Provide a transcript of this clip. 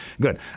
good